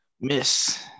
Miss